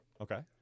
Okay